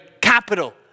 capital